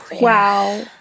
Wow